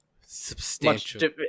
substantial